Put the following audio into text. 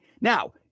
Now